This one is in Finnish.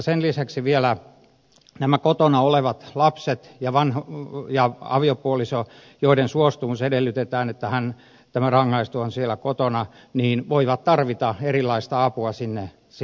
sen lisäksi vielä nämä kotona olevat lapset ja aviopuoliso joiden suostumus edellytetään että tämä rangaistu on siellä kotona voivat tarvita erilaista apua sinne kotiin